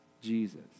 Jesus